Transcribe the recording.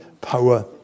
power